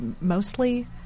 mostly